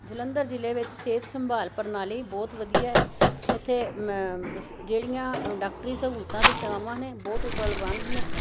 ਜਲੰਧਰ ਜਿਲ੍ਹੇ ਵਿੱਚ ਸਿਹਤ ਸੰਭਾਲ ਪ੍ਰਣਾਲੀ ਬਹੁਤ ਵਧੀਆ ਐ ਇੱਥੇ ਜਿਹੜੀਆਂ ਡਾਕਟਰੀ ਸਹੂਲਤਾਂ ਤੇ ਸੇਵਾਵਾਂ ਨੇ ਬਹੁਤ ਉਪਵਲਬੰਧ ਨੇ